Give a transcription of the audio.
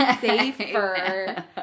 safer